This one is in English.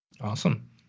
Awesome